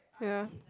ya